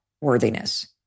worthiness